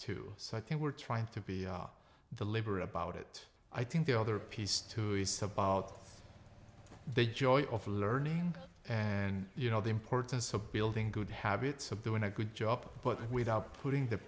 to so i think we're trying to be the liber about it i think the other piece too is about they joy of learning and you know the importance of building good habits of the in a good job but without putting the